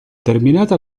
terminata